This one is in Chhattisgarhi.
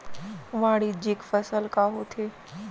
वाणिज्यिक फसल का होथे?